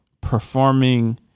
performing